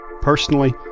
personally